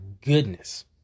goodness